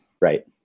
right